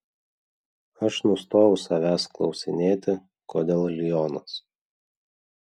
aš nustojau savęs klausinėti kodėl lionas